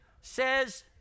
Says